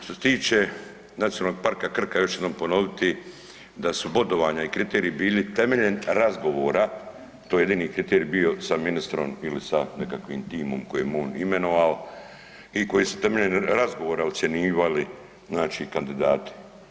Što se tiče Nacionalnog parka Krka još ću jednom ponoviti da su bodovanja i kriteriji bili temeljem razgovora to je jedini kriterij bio sa ministrom ili sa nekakvim timom koji je on imenovao i koji su temeljem razgovora ocjenjivali znači kandidate.